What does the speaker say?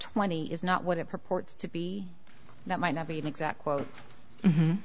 twenty is not what it purports to be that might not be an exact quote